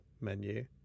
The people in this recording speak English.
menu